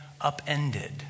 upended